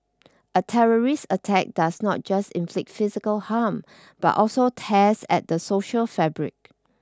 a terrorist attack does not just inflict physical harm but also tears at the social fabric